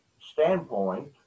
standpoint